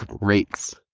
rates